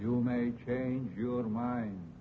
you may change your mind